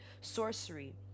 sorcery